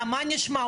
מה נשמע,